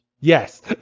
Yes